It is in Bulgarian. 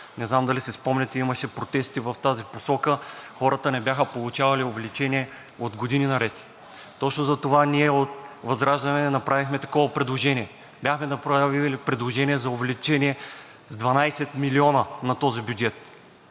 Не знам дали си спомняте, имаше протести в тази посока. Хората не бяха получавали увеличение години наред и точно затова ние от ВЪЗРАЖДАНЕ направихме такова предложение. Бяхме направили предложение за увеличение с 12 милиона на този бюджет.